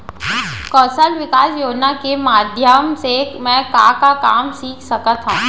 कौशल विकास योजना के माधयम से मैं का का काम सीख सकत हव?